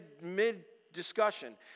mid-discussion